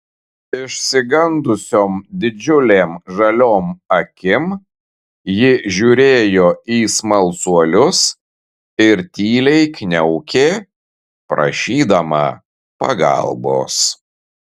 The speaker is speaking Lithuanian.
išsigandusiom didžiulėm žaliom akim ji žiūrėjo į smalsuolius ir tyliai kniaukė prašydama pagalbos